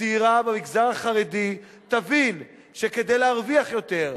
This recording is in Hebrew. הצעירה במגזר החרדי תבין שכדי להרוויח יותר,